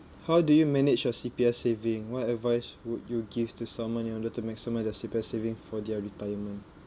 how do you manage your C_P_F saving what advice would you give to someone in order to maximise their C_P_F saving for their retirement